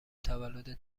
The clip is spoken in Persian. تولدت